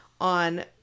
on